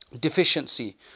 deficiency